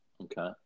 Okay